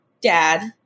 dad